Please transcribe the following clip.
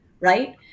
right